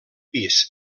pis